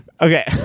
Okay